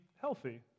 healthy